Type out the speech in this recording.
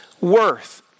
worth